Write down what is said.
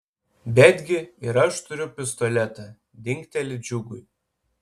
betgi ir aš turiu pistoletą dingteli džiugui